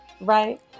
right